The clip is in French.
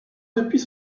depuis